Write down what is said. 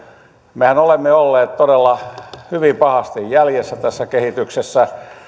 mehän olemme olleet todella hyvin pahasti jäljessä tässä kehityksessä